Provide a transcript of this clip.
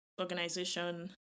organization